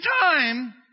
time